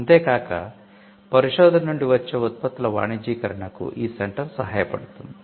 అంతే కాక పరిశోధన నుండి వచ్చే ఉత్పత్తుల వాణిజ్యీకరణకు ఈ సెంటర్ సహాయపడుతుంది